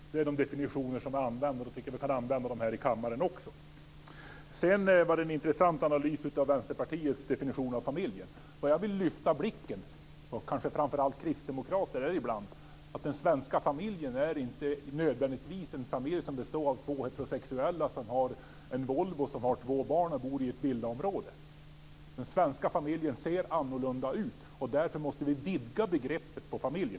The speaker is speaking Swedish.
Detta är de definitioner som vi använder, och därför tycker jag att vi kan använda dem här i kammaren också. Det gjordes en intressant analys av Vänsterpartiets definition av familjen. Vad jag ibland vill lyfta blicken för hos kanske framför allt kristdemokrater är att den svenska familjen inte nödvändigtvis består av två heterosexuella som har en Volvo och två barn och bor i ett villaområde. Den svenska familjen ser annorlunda ut, och därför måste vi vidga begreppet familj.